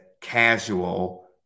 casual